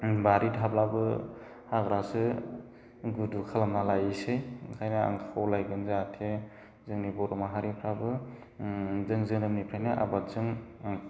बारि थाब्लाबो हाग्रासो गुदुं खालामना लायोसै ओंखायनो आं खावलायदों जाहाथे जोंनि बर' माहारिफ्राबो जों जोनोमनिफ्रायनो आबादजों